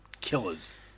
killers